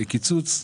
קיצוץ.